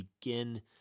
begin